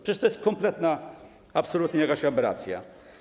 Przecież to jest kompletna absolutnie jakaś aberracja.